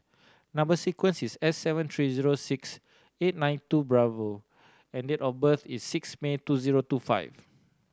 number sequence is S seven three zero six eight nine two and the date of birth is six May two zero two five